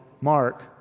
mark